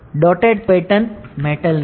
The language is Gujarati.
ડોટેડ પેટર્ન મેટલની છે